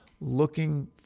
looking